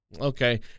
Okay